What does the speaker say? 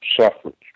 suffrage